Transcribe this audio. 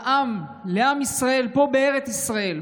לעם ישראל, פה בארץ ישראל.